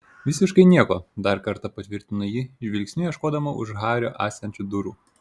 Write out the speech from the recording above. visiškai nieko dar kartą patvirtino ji žvilgsniu ieškodama už hario esančių durų